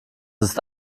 ist